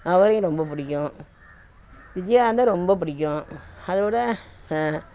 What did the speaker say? அவரையும் ரொம்ப பிடிக்கும் விஜயகாந்த ரொம்ப பிடிக்கும் அதைவிட